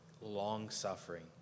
long-suffering